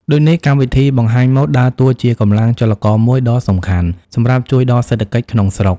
ដូចនេះ កម្មវិធីបង្ហាញម៉ូដដើរតួជាកម្លាំងចលករមួយដ៏សំខាន់សម្រាប់ជួយដល់សេដ្ឋកិច្ចក្នុងស្រុក។